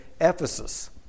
Ephesus